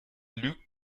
lügt